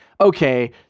okay